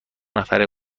نفره